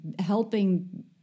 helping